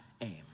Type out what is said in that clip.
aim